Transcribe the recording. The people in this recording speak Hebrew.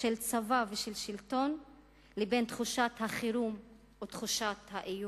של צבא ושל שלטון לבין תחושת החירום או תחושת האיום.